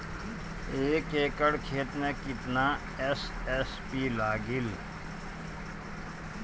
एक एकड़ खेत मे कितना एस.एस.पी लागिल?